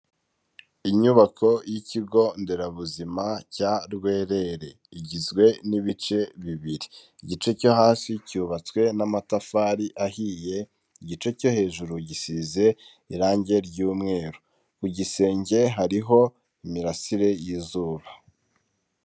Inyubako y'ikigo nderabuzima cya Rwerere, igizwe n'ibice bibiri, igice cyo hasi cyubatswe n'amatafari ahiye, igice cyo hejuru gisize irangi ry'umweru, ku gisenge hariho imirasire y'izuba.